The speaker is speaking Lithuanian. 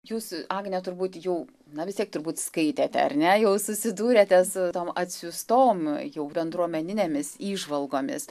jūsų agne turbūt jau na vis tiek turbūt skaitėte ar ne jau susidūrėte su tom atsiųstom jau bendruomeninėmis įžvalgomis